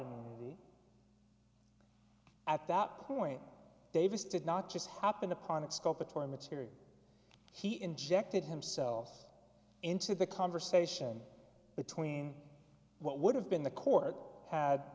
the at that point davis did not just happen upon its scope for material he injected himself into the conversation between what would have been the cork had